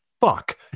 fuck